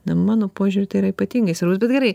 na mano požiūriu tai yra ypatingai svarbus bet gerai